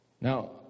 Now